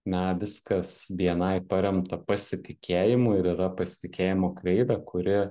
na viskas bni paremta pasitikėjimu ir yra pasitikėjimo kreivė kuri